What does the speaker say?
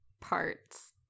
parts